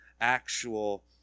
actual